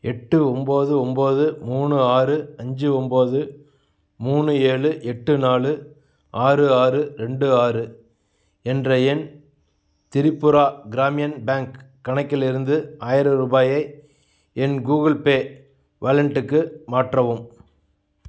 எட்டு ஒம்பது ஒம்பது மூணு ஆறு அஞ்சு ஒம்பது மூணு ஏழு எட்டு நாலு ஆறு ஆறு ரெண்டு ஆறு என்ற என் திரிபுரா கிராமியன் பேங்க் கணக்கிலிருந்து ஆயிரம் ரூபாயை என் கூகுள் பே வாலென்டுக்கு மாற்றவும்